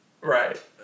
Right